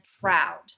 proud